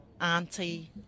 auntie